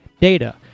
Data